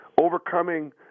overcoming